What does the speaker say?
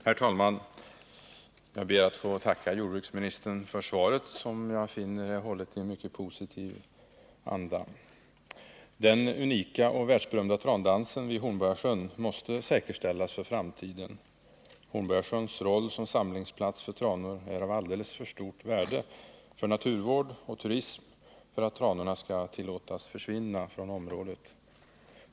Herr talman! Jag ber att få tacka jordbruksministern för svaret, som jag finner vara hållet i en mycket positiv anda. Den unika och världsberömda trandansen vid Hornborgasjön måste säkerställas för framtiden. Hornborgasjöns roll som samlingsplats för tranor är av alldeles för stort värde för naturvård och turism för att tranorna skall tillåtas försvinna från området.